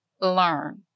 learn